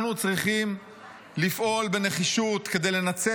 אנחנו צריכים לפעול בנחישות כדי לנצל